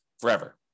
forever